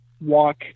walk